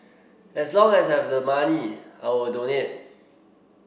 as long as I have the money I will donate